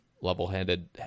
level-headed